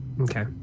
Okay